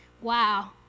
Wow